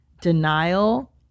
denial